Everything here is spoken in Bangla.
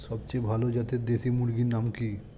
সবচেয়ে ভালো জাতের দেশি মুরগির নাম কি?